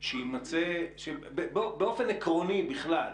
שיימצא באופן עקרוני בכלל,